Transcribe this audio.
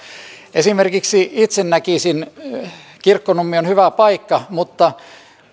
esimerkiksi itse näkisin että kirkkonummi on hyvä paikka mutta